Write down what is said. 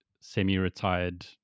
semi-retired